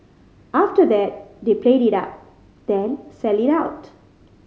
after that they play it up then sell it out